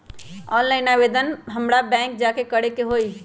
Online आवेदन हमरा bank जाके करे के होई?